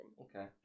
Okay